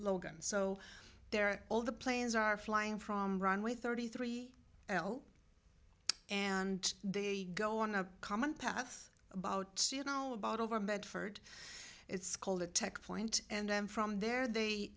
logan so they're all the planes are flying from runway thirty three and they go on a common path about you know about over bedford it's called a tech point and then from there they